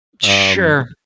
Sure